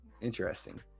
Interesting